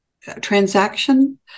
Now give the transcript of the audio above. transaction